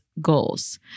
goals